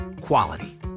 Quality